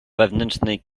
wewnętrznej